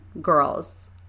girls